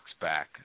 back